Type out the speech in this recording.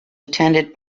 attended